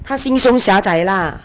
她心胸狭窄 lah